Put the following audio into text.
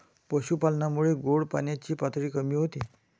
पशुपालनामुळे गोड पाण्याची पातळी कमी होते